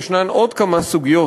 ישנן עוד כמה סוגיות